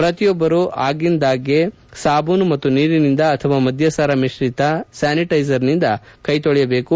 ಪ್ರತಿಯೊಬ್ಬರು ಆಗಿದಾಂಗ್ಗೆ ಸಾಬೂನು ಮತ್ತು ನೀರಿನಿಂದ ಅಥವಾ ಮಧ್ಯಸಾರ ಮಿಶ್ರಿತ ಸ್ಥಾನಿಟೈಸರ್ನಿಂದ ಕೈ ತೊಳೆಯಬೇಕು